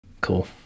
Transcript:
Cool